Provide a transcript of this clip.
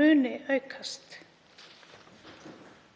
muni aukast.